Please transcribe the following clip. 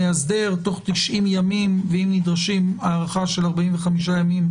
תוך 90 ימים, ואם נדרשים הארכה של 45 ימים,